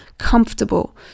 comfortable